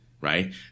Right